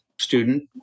student